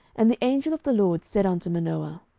and the angel of the lord said unto manoah,